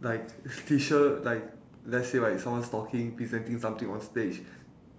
like pretty sure like let's say right someone's talking presenting something on stage